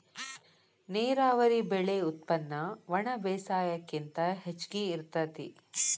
ನೇರಾವರಿ ಬೆಳೆ ಉತ್ಪನ್ನ ಒಣಬೇಸಾಯಕ್ಕಿಂತ ಹೆಚಗಿ ಇರತತಿ